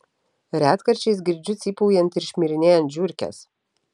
retkarčiais girdžiu cypaujant ir šmirinėjant žiurkes